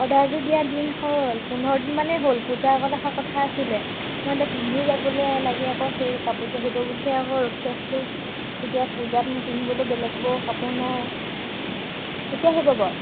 অৰ্ডাৰটো দিয়া দিন হ'ল পোন্ধৰ দিনমানেই হ'ল পূজা আগত অহা কথা আছিলে মই এতিয়া পিন্ধিও যাবলৈ লাগে আকৌ সেই কাপোৰযোৰ সেইটো বুলিহে আকৌ ৰখি আছিলোঁ এতিয়া পূজাত মোৰ পিন্ধিবলৈ বেলেগ বৰ কাপোৰ নাই কেতিয়া আহিব বাৰু